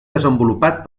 desenvolupat